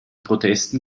protesten